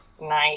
Nice